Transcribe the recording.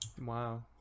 Wow